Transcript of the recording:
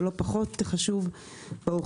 אבל לא פחות חשוב באוכלוסייה,